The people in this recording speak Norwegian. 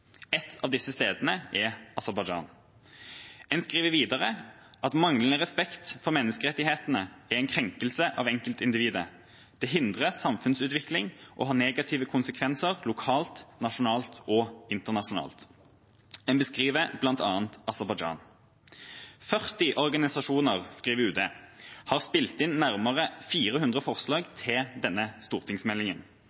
av disse stedene er Aserbajdsjan. En skriver videre: «Manglende respekt for menneskerettighetene er en krenkelse av enkeltindividet, og kan også svekke og hindre samfunnsutviklingen med svært negative konsekvenser over tid, lokalt, nasjonalt og internasjonalt.» En beskriver bl.a. Aserbajdsjan. 40 organisasjoner, skriver UD, har spilt inn nærmere 400 forslag til denne